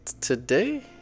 today